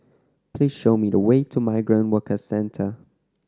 please show me the way to Migrant Workers Centre